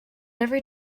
every